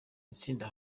itsinda